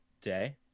day